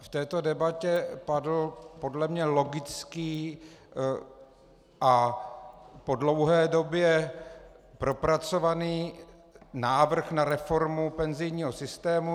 V této debatě padl podle mě logický a po dlouhé době propracovaný návrh na reformu penzijního systému.